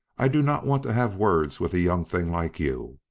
i do not want to have words with a young thing like you.